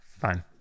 Fine